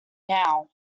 now